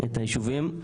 את הישובים.